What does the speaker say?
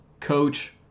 coach